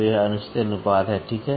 यह अनुचित अनुपात है ठीक है